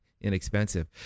inexpensive